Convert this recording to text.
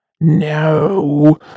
No